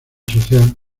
social